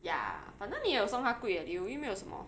ya 反正你也有送他贵的礼物又没有什么